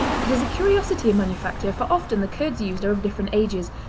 it is a curiosity in manufacture, for often the curds used are of different ages,